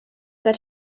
that